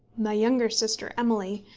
my younger sister, emily,